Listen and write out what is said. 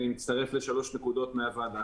אני מצטרף לשלוש נקודות מהוועדה.